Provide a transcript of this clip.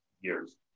years